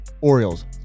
Orioles